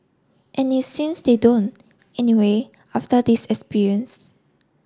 and it seems they don't anyway after this experience